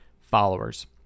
followers